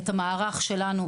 את המערך שלנו,